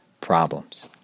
problems